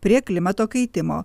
prie klimato kaitimo